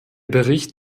bericht